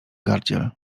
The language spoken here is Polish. gardziel